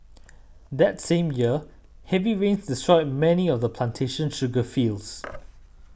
that same year heavy rains destroyed many of the plantation's sugar fields